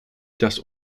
das